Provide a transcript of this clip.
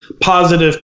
positive